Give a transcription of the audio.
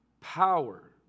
power